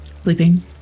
sleeping